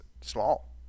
small